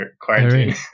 quarantine